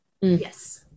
Yes